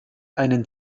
einen